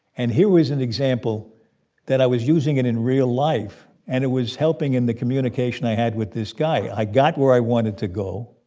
and here was an example that i was using it in real life, and it was helping in the communication i had with this guy. i got where i wanted to go.